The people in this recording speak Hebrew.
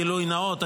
למען גילוי נאות,